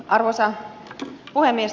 arvoisa puhemies